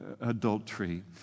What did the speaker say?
adultery